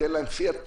תן להם פיאט פונטו.